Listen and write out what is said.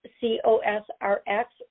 C-O-S-R-X